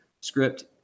script